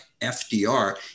FDR